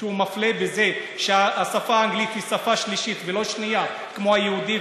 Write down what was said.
שהוא מפלה בזה שהשפה האנגלית היא שפה שלישית ולא שנייה כמו ליהודי,